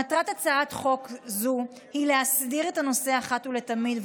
מטרת הצעת חוק זו היא להסדיר את הנושא אחת ולתמיד,